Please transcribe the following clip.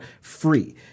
free